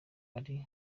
ari